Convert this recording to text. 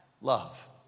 Love